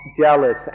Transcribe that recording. jealous